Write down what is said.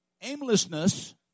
Aimlessness